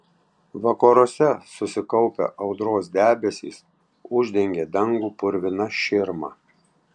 vakaruose susikaupę audros debesys uždengė dangų purvina širma